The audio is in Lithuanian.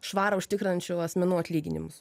švarą užtikrinančių asmenų atlyginimus